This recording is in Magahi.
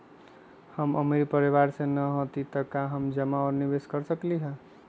हम अमीर परिवार से न हती त का हम जमा और निवेस कर सकली ह?